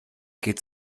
geht